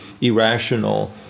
irrational